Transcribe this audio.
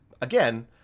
again